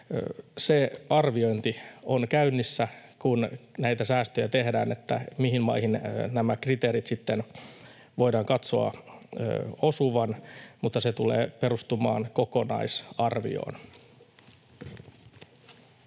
Se arviointi on käynnissä, kun näitä säästöjä tehdään, mihin maihin näiden kriteereiden sitten voidaan katsoa osuvan, mutta se tulee perustumaan kokonaisarvioon.